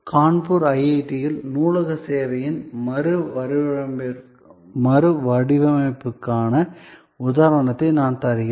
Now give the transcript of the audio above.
கான்பூர் ஐஐடியில் நூலக சேவையின் மறுவடிவமைப்புக்கான உதாரணத்தை நான் தருகிறேன்